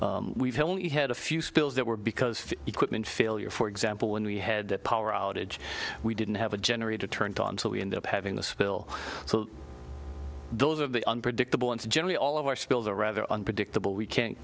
have we've had a few spills that were because equipment failure for example when we had that power outage we didn't have a generator turned on so we ended up having the spill so those of the unpredictable and generally all of our spills are rather unpredictable we can't